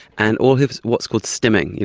and all his what's called stimming, you